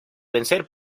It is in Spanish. vencer